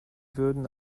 würden